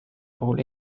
puhul